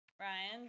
Ryan